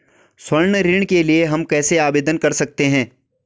स्वर्ण ऋण के लिए हम कैसे आवेदन कर सकते हैं?